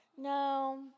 no